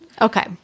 Okay